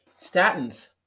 Statins